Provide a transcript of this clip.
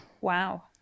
Wow